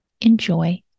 Enjoy